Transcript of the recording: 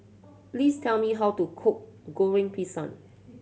please tell me how to cook Goreng Pisang